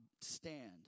stand